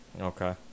Okay